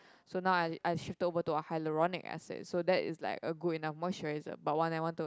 so now I I shifted over to a hyaluronic acid so that is like a good enough moisturizer but one I want to